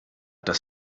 dass